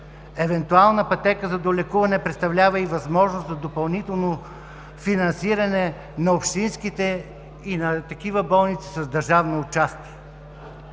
Евентуална пътека за долекуване представлява и възможности за допълнително финансиране на общинските и на такива болници с държавно участие